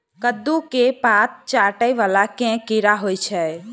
कद्दू केँ पात चाटय वला केँ कीड़ा होइ छै?